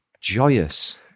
joyous